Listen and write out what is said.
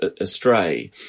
astray